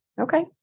Okay